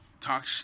talk